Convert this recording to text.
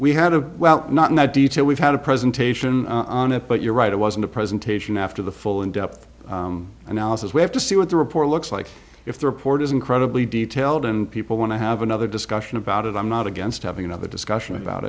we had a well not in that detail we've had a presentation on it but you're right it wasn't a presentation after the full in depth analysis we have to see what the report looks like if the report is incredibly detailed and people want to have another discussion about it i'm not against having another discussion about